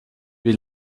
wie